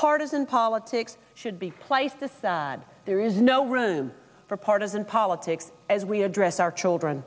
partisan politics should be placed aside there is no room for partisan politics as we address our children